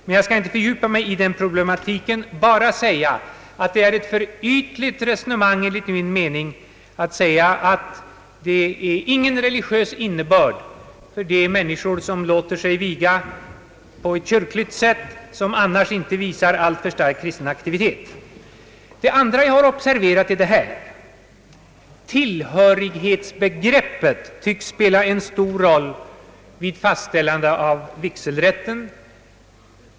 Jag skall dock in te fördjupa mig i den problematiken utan konstaterar bara att det enligt min mening är ett för ytligt resonemang att säga, att det inte har någon religiös innebörd när människor låter viga sig på kyrkligt sätt men annars inte visar alltför stark kristen aktivitet. Det andra jag har observerat är detta: tillhörighetsbegreppet tycks spela en stor roll vid fastställande av vigselrätten.